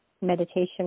meditation